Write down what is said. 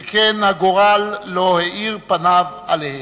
שכן הגורל לא האיר פניו אליהם.